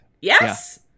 yes